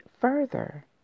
further